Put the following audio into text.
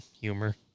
humor